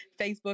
Facebook